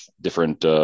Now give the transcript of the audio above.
different